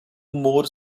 more